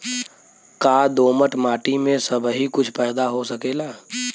का दोमट माटी में सबही कुछ पैदा हो सकेला?